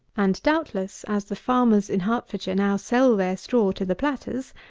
and doubtless, as the farmers in hertfordshire now sell their straw to the platters,